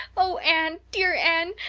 oh, anne, dear anne,